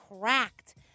cracked